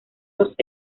dos